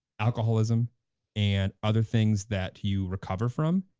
alcoholism and other things that you recover from.